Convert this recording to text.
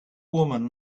woman